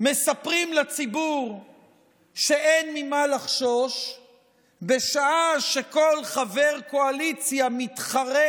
מספרים לציבור שאין ממה לחשוש בשעה שכל חבר קואליציה מתחרה